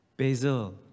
Basil